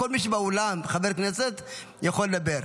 כל חבר כנסת שבאולם יכול לדבר.